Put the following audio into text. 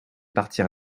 partir